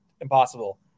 impossible